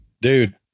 Dude